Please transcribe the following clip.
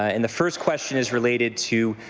ah and the first question is related to